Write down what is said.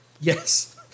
Yes